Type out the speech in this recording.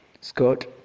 Scott